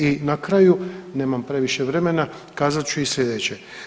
I na kraju, nemam previše vremena, kazat ću i slijedeće.